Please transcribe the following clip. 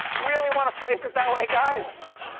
really want to phrase it that way guys?